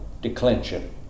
declension